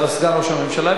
סגן ראש הממשלה,